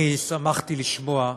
שמחתי לשמוע,